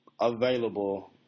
available